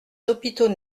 hôpitaux